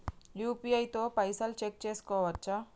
UPI తో పైసల్ check చేసుకోవచ్చా?